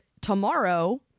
tomorrow